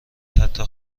حتی